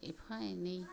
एफा एनै